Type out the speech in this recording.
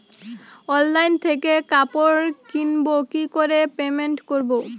Online থেকে কাপড় কিনবো কি করে পেমেন্ট করবো?